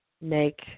make